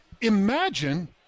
Imagine